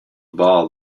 ball